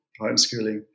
homeschooling